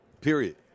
Period